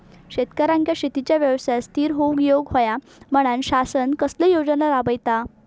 शेतकऱ्यांका शेतीच्या व्यवसायात स्थिर होवुक येऊक होया म्हणान शासन कसले योजना राबयता?